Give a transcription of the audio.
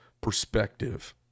perspective